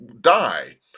die